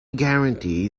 guarantee